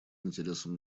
интересам